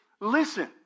listen